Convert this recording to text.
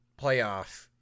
playoff